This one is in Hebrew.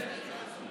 יושרה.